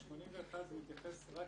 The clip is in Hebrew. ה-81 מתייחס רק